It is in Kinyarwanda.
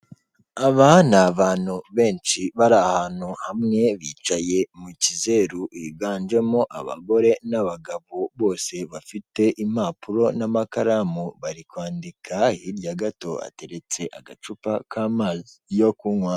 Aba ni abantu benshi bari ahantu hamwe bicaye mu kizeru, higanjemo abagore n'abagabo, bose bafite impapuro n'amakaramu bari kwandika, hirya gato hateretse agacupa k'amazi yo kunywa.